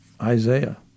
Isaiah